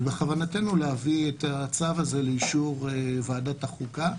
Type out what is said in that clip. ובכוונתנו להביא את הצו הזה לאישור ועדת החוקה.